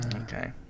Okay